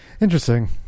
interesting